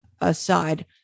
aside